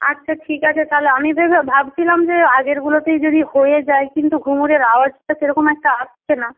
আচ্ছা ঠিক আছে তাহলে আমি ভেবে ভাবছিলাম যে আগেরগুলোতেই যদি হয়ে যায় কিন্তু ঘুঙুরের আওয়াজটা সেরকম একটা আসছে না